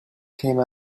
came